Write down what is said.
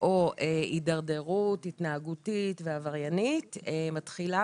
או התדרדרות התנהגותית ועבריינית מתחילה